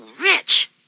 rich